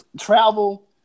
Travel